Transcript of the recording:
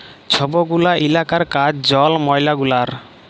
ছব গুলা ইলাকার কাজ জল, ময়লা গুলার